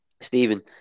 Stephen